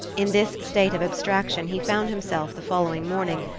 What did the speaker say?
in this state of abstraction he found himself, the following morning,